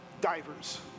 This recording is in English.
divers